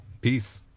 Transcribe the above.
Peace